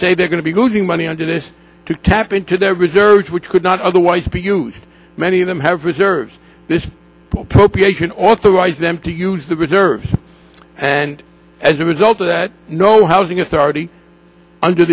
say they're going to be getting money under this to tap into their reserves which could not otherwise be used many of them have reserves this appropriation authorized them to use the reserves and as a result of that no housing authority under